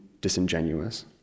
disingenuous